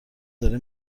داره